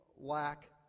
lack